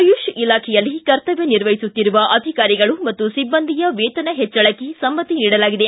ಆಯುಷ್ ಇಲಾಖೆಯಲ್ಲಿ ಕರ್ತವ್ಯ ನಿರ್ವಹಿಸುತ್ತಿರುವ ಅಧಿಕಾರಿಗಳು ಮತ್ತು ಸಿಬ್ಬಂದಿಯ ವೇತನ ಹೆಚ್ಚಳಕ್ಕೆ ಸಮ್ಮತಿ ನೀಡಲಾಗಿದೆ